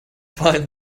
find